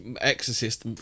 Exorcist